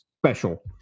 special